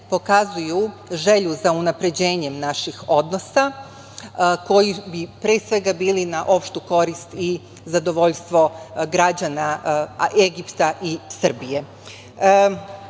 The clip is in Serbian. pokazuju želju za unapređenjem naših odnosa, koji bi pre svega bili na opštu korist i zadovoljstvo građana Egipta i Srbije. Naši